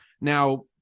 Now